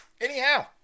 Anyhow